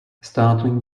startling